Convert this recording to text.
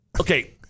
okay